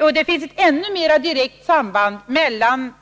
Och det finns även ett direkt samband mellan